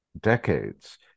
decades